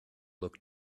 look